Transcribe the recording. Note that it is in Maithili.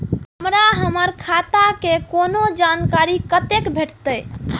हमरा हमर खाता के कोनो जानकारी कतै भेटतै?